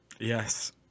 yes